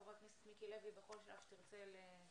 חבר הכנסת מיקי, בכל שלב שתרצה להצטרף.